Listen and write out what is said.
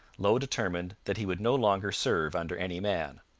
low determined that he would no longer serve under any man.